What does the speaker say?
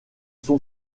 sont